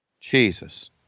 Jesus